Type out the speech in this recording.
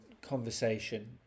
conversation